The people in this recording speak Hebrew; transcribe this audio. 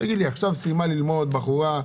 עכשיו סיימה בחורה ללמוד,